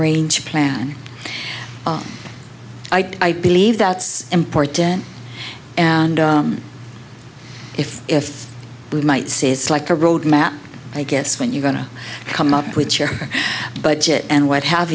range plan i believe that's important and if if we might say it's like a road map i guess when you gonna come up with your budget and what have